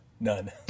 None